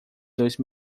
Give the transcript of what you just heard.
dois